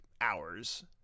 hours